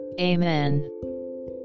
Amen